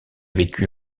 vécu